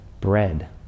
bread